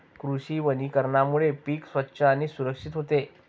कृषी वनीकरणामुळे पीक स्वच्छ आणि सुरक्षित होते